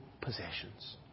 possessions